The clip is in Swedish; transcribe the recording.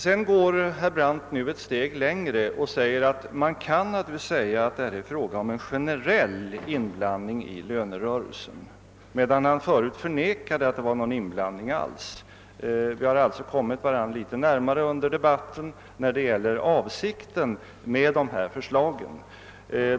Herr Brandt går nu ett steg längre och säger att man naturligtvis kan säga att det är fråga om en generell inblandning i lönerörelsen, medan han förut förnekade att det var någon inblandning alls. Vi har alltså kommit varandra litet närmare under debatten i fråga om avsikten med förslaget.